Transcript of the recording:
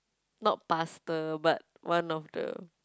not pastor but one of the